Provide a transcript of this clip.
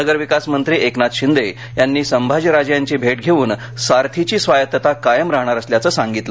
नगरविकासमंत्री एकनाथ शिंदे यांनी संभाजीराजे यांची भेट घेऊन सारथीची स्वायत्तता कायम राहणार असल्याचं सांगितलं